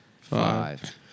five